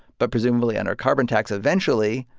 but presumably on our carbon tax, eventually,